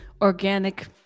organic